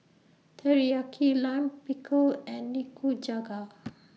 Teriyaki Lime Pickle and Nikujaga